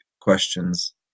questions